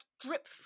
drip